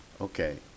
okay